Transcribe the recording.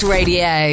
Radio